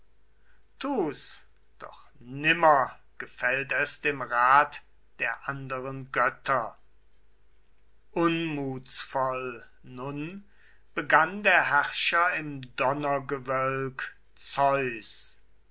tu's doch nimmer gefällt es dem rat der anderen götter unmut nun begann der herrscher im donnergewölk zeus